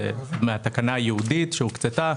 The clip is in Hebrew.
למה כל פעם צריך את חוות הדעת המשפטית החדשה,